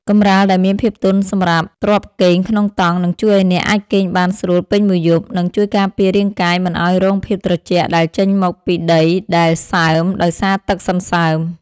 កម្រាលដែលមានភាពទន់សម្រាប់ទ្រាប់គេងក្នុងតង់នឹងជួយឱ្យអ្នកអាចគេងបានស្រួលពេញមួយយប់ និង ជួយការពាររាងកាយមិនឱ្យរងភាពត្រជាក់ដែលចេញមកពីដីដែលសើមដោយសារទឹកសន្សើម។